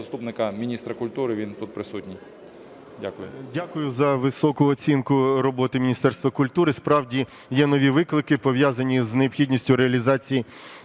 Дякую за високу оцінку роботи Міністерства культури. Справді, є нові виклики, пов'язані з необхідністю реалізації